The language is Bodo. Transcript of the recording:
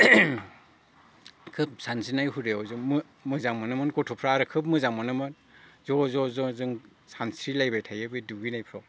खोब सानस्रिनाय हुदायाव जों मोजां मोनोमोन गथ'फ्रा आरो खोब मोजां मोनोमोन ज' ज' जों सानस्रिलायबाय थायो बे दुगैनायफोराव